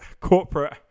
corporate